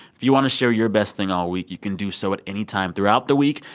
if you want to share your best thing all week, you can do so at any time throughout the week.